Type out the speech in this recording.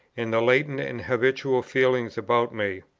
and the latent and habitual feeling about me,